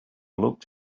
looked